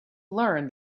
learn